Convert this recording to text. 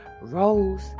Rose